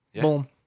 Boom